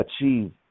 achieve